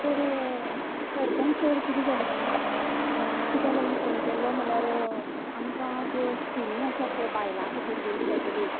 तर सरपंच सर कितें जालें जाणा कित्याक लागून फोन केल्लो म्हळ्यार आमकां ज्यो स्किमी आसा त्यो बायलां खातीर बी स्पॅशली